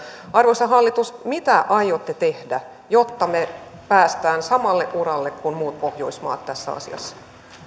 arvoisa hallitus mitä aiotte tehdä jotta me pääsemme samalle uralle kuin muut pohjoismaat tässä asiassa